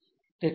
તેથી n 655